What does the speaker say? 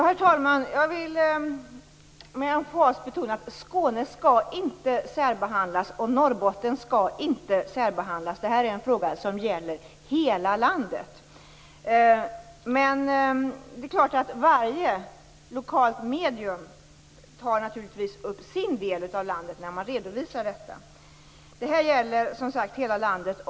Herr talman! Jag vill med emfas betona att Skåne och Norrbotten inte skall särbehandlas. Detta är en fråga som gäller hela landet. Men det är klart att varje lokalt medium tar upp sin del av landet. Denna fråga gäller hela landet.